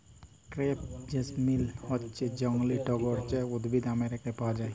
crepe jasmine হচ্যে জংলী টগর যে উদ্ভিদ আমেরিকায় পাওয়া যায়